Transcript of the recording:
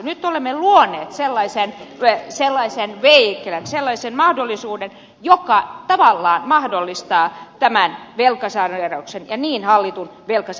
nyt olemme luoneet sellaisen vehiclen sellaisen mahdollisuuden joka tavallaan mahdollistaa tämän velkasaneerauksen mahdollistaa niin sanotun hallitun velkasaneerauksen